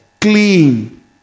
clean